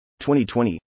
2020